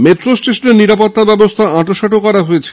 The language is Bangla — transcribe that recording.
মেট্রো স্টেশনে নিরপত্তা ব্যবস্থা আঁটসাঁট করা হয়েছে